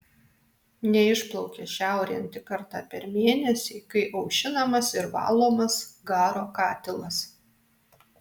neišplaukia šiaurėn tik kartą per mėnesį kai aušinamas ir valomas garo katilas